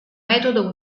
metodo